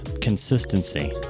consistency